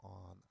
on